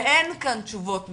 ואין כאן תשובות מספקות,